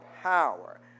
Power